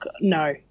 no